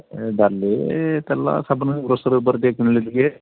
ଡାଲି ତେଲ ସାବୁନ ଗ୍ରୋସରୀ ଉପରେ ଟିକେ କିଣିଲେ ଟିକେ